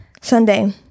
Sunday